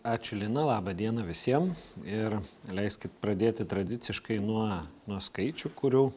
ačiū lina laba diena visiem ir leiskit pradėti tradiciškai nuo nuo skaičių kurių